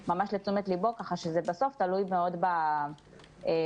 הנקודות שזקוקות לחיזוק הן לוודא מיסוד של רכז המילואים שימונה